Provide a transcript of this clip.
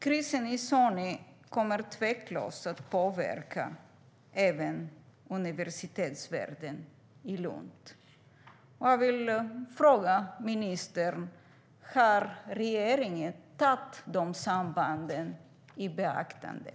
Krisen i Sony kommer tveklöst att påverka även universitetsvärlden i Lund. Jag vill fråga ministern: Har regeringen tagit dessa samband i beaktande?